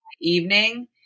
evening